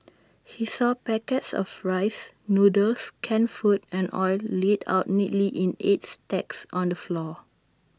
he saw packets of rice noodles canned food and oil laid out neatly in eight stacks on the floor